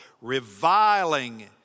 reviling